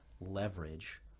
leverage